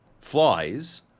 Flies